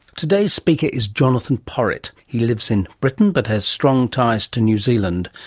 today's speaker is jonathon porritt. he lives in britain, but has strong ties to new zealand,